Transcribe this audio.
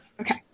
Okay